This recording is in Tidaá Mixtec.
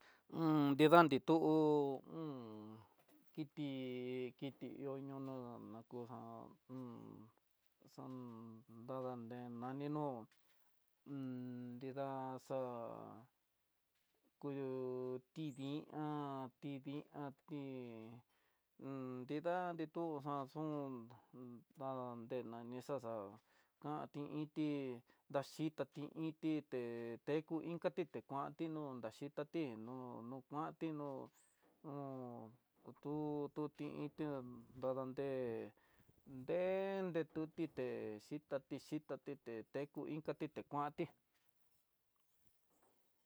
nrida nitú kiti, kiti ihó ñoño ná ko xa'á xadande nani no'ó, nrida xa'á kuyó tidii an, tidii an tí nrida nitú xaxun, na nradanrena ni xaxa kanti inti daxhitatí intí té teku inkatí tekuanti no naxhitatino kuanti no no, no tuti inti adande, nretuti té xhitati xhitati té teku inkati te kuanti.